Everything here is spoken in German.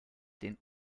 den